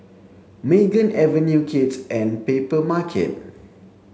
Megan Avenue Kids and Papermarket